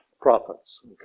prophets